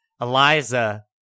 Eliza